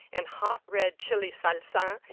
and hot red chili salsa.